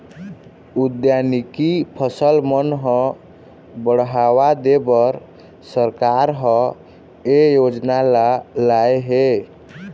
उद्यानिकी फसल मन ह बड़हावा देबर सरकार ह ए योजना ल लाए हे